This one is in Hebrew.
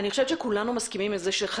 אני חושבת שכולנו מסכימים עם זה שחייבים